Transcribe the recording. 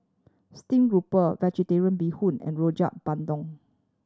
stream grouper Vegetarian Bee Hoon and Rojak Bandung